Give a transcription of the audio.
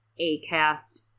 Acast